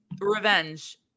revenge